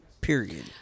period